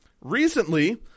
recently